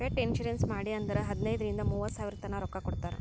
pet insurance ಮಾಡ್ರಿ ಅಂದುರ್ ಹದನೈದ್ ರಿಂದ ಮೂವತ್ತ ಸಾವಿರತನಾ ರೊಕ್ಕಾ ಕೊಡ್ತಾರ್